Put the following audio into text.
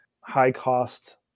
high-cost